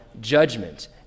judgment